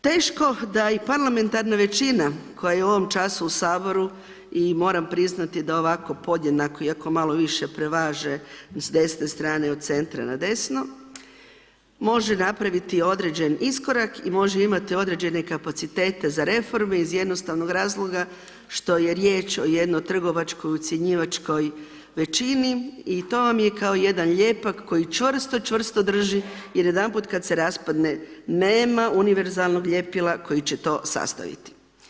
Teško da i parlamentarna većina koja je u ovom času u Saboru i moramo priznati da ovako podjednako iako malo više prevaže s desne strane na desno, može napraviti određeni iskorak i može mati određene kapacitete za reforme iz jednostavnog razloga što je riječ o jednoj trgovačko-ucjenjivačkoj većini i to vam je kao jedan lijepak koji čvrst, čvrsto drži i jedanput kad se raspadne, nema univerzalnog lijepila koji će to sastaviti.